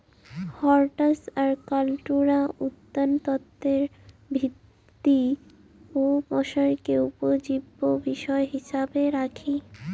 হরটাস আর কাল্টুরা উদ্যানতত্বের বৃদ্ধি ও প্রসারকে উপজীব্য বিষয় হিছাবে রাখি